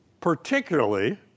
particularly